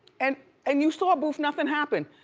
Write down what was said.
and and you saw, boof, nothing happened.